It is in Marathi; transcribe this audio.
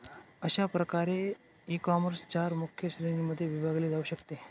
अशा प्रकारे ईकॉमर्स चार मुख्य श्रेणींमध्ये विभागले जाऊ शकते